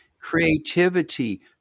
creativity